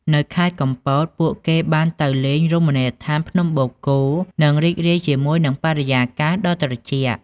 នៅខេត្តកំពត ពួកគេបានទៅលេងរមណីយដ្ឋានភ្នំបូកគោ និងរីករាយជាមួយនឹងបរិយាកាសដ៏ត្រជាក់។